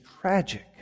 tragic